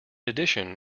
addition